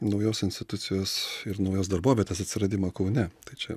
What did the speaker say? naujos institucijos ir naujos darbovietės atsiradimą kaune tai čia